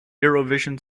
eurovision